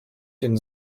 den